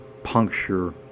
Puncture